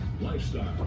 lifestyle